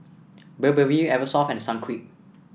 Burberry Eversoft and Sunquick